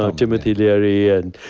um timothy leary and